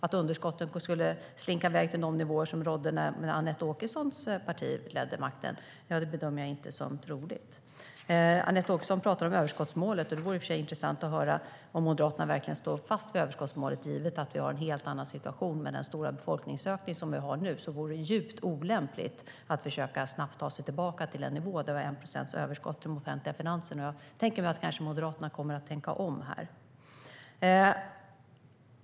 Att underskotten skulle slinka i väg till de nivåer som rådde när Anette Åkessons parti hade makten bedömer jag inte som troligt. Anette Åkesson pratar om överskottsmålet. Det vore i och för sig intressant att höra om Moderaterna verkligen står fast vid det, givet att vi har en helt annan situation. Med den stora befolkningsökning som vi nu har vore det djupt olämpligt att försöka att snabbt ta sig tillbaka till en nivå på 1 procents överskott i de offentliga finanserna. Kanske kommer Moderaterna att tänka om här.